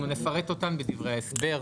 אנחנו נפרט אותן בדברי ההסבר.